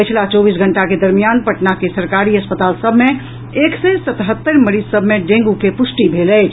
पछिला चौबीस घंटा के दरमियान पटना के सरकारी अस्पताल सभ मे एक सय सतहत्तरि मरीज सभ मे डेंगू के पुष्टि भेल अछि